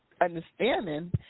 understanding